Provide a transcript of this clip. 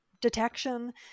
detection